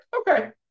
Okay